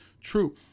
true